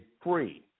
free